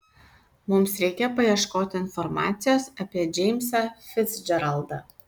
mums reikia paieškoti informacijos apie džeimsą ficdžeraldą